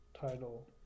title